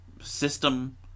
system